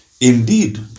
Indeed